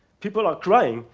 people are crying,